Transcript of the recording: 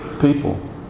People